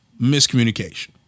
miscommunication